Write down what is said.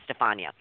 Stefania